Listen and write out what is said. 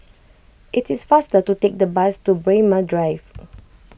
it is faster to take the bus to Braemar Drive